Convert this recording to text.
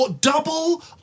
double